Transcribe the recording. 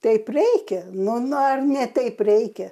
taip reikia nu nu ar ne taip reikia